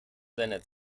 seiner